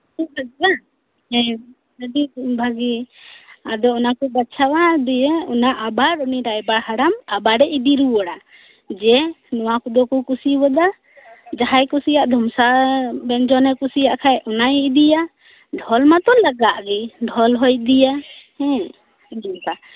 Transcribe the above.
ᱩᱫᱩᱜ ᱠᱮᱫ ᱠᱚᱣᱟ ᱦᱮᱸ ᱟᱰᱤ ᱵᱷᱟᱜᱮ ᱟᱫᱚ ᱚᱱᱟ ᱠᱚ ᱵᱟᱪᱷᱟᱣᱟ ᱫᱤᱭᱮ ᱚᱱᱟ ᱟᱵᱟᱨ ᱩᱱᱤ ᱨᱟᱭᱵᱟᱨ ᱦᱟᱲᱟᱢ ᱟᱵᱟᱨᱮ ᱤᱫᱤ ᱨᱩᱣᱟᱹᱲᱟ ᱡᱮ ᱱᱚᱣᱟ ᱠᱚᱫᱚ ᱠᱚ ᱠᱩᱥᱤᱣᱟᱫᱟ ᱡᱟᱦᱟᱸᱭ ᱠᱩᱥᱤᱭᱟᱜ ᱫᱷᱚᱢᱥᱟ ᱵᱮᱧᱡᱚᱱᱮ ᱠᱩᱥᱤᱭᱟᱜ ᱠᱷᱟᱡ ᱚᱱᱟᱭ ᱤᱫᱤᱭᱟ ᱰᱷᱚᱞ ᱢᱟᱛᱚ ᱞᱟᱜᱟᱜ ᱜᱮ ᱰᱷᱚᱞ ᱦᱚᱸᱭ ᱤᱫᱤᱭᱟ ᱦᱮ ᱚᱱᱮ ᱚᱱᱠᱟ